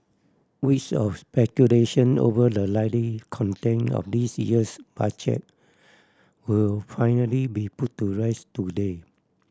weeks of speculation over the likely content of this year's Budget will finally be put to rest today